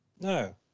No